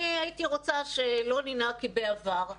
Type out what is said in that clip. אני הייתי רוצה שלא ננהג כבעבר,